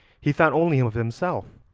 he thought only of himself.